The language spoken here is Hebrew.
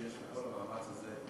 שיש את כל המאמץ הזה,